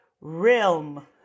realm